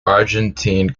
argentine